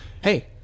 hey